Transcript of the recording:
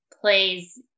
plays